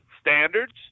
standards